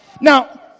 Now